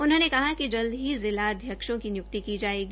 उन्होंने कहा कि जल्द ही जिला अध्यक्षों की निय्क्ति की जायेगी